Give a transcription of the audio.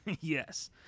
Yes